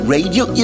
Radio